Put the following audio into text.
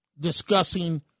discussing